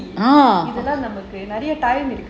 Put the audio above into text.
இதெல்லாம் நமக்கு ரொம்ப:ithellaam namakku romba